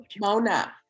Mona